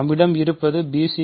நம்மிடம் இருப்பது bc